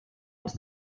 els